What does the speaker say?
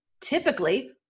typically